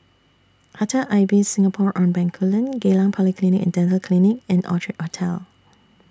Hotel Ibis Singapore on Bencoolen Geylang Polyclinic and Dental Clinic and Orchard Hotel